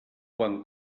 quan